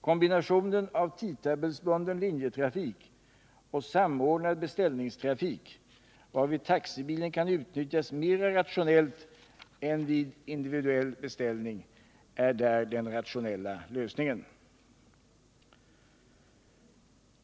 Kombinationen av tidtabellsbunden linjetrafik och samordnad beställningstrafik, varvid taxibilen kan utnyttjas mera rationellt än vid individuell beställning, är där den rationella lösningen.